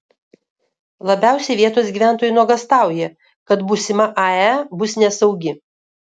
labiausiai vietos gyventojai nuogąstauja kad būsima ae bus nesaugi